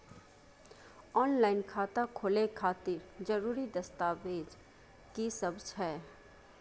Online खाता खोले खातिर जरुरी दस्तावेज की सब छै?